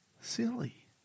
silly